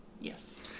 yes